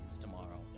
tomorrow